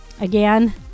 again